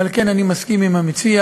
על כן, אני מסכים עם המציע,